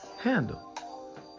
handle